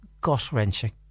gut-wrenching